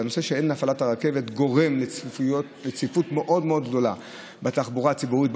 והנושא שאין הפעלת רכבת גורם לצפיפות מאוד מאוד גדולה בתחבורה הציבורית,